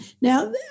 Now